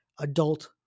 adult